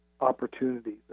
opportunities